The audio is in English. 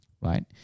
right